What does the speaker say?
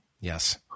Yes